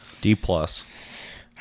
D-plus